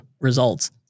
results